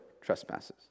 trespasses